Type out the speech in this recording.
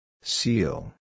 Seal